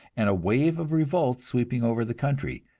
and a wave of revolt sweeping over the country.